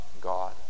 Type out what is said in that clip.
God